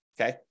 okay